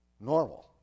normal